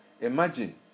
Imagine